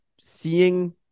seeing